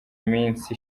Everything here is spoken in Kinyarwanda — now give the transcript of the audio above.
minsi